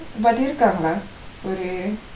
but இருக்காங்கலா ஒறு:irukaangkalaa oru